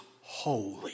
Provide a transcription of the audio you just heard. holy